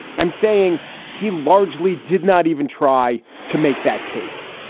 i'm saying he largely did not even try to make that case